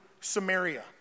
Samaria